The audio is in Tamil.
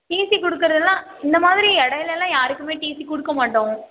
டிசி குடுக்குறதெல்லாம் இந்த மாதிரி இடையிலலாம் யாருக்கும் டிசி கொடுக்க மாட்டோம்